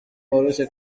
woroshye